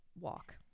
walk